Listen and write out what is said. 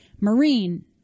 marine